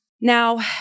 Now